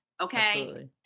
okay